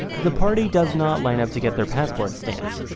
the party does not line up to get their passports stamped,